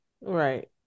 Right